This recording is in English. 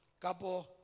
Kapo